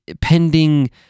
pending